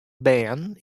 bern